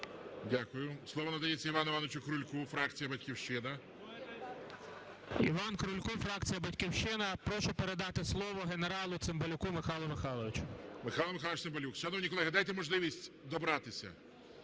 Дякую. Слово надається Івану Івановичу Крульку, фракція "Батьківщина". 13:50:19 КРУЛЬКО І.І. Іван Крулько, фракція "Батьківщина". Прошу передати слово генералу Цимбалюку Михайлу Михайловичу. ГОЛОВУЮЧИЙ. Михайло Михайлович Цимбалюк. Шановні колеги, дайте можливість добратися.